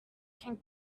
can